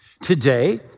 today